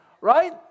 right